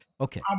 Okay